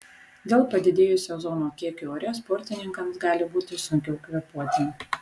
dėl padidėjusio ozono kiekio ore sportininkams gali būti sunkiau kvėpuoti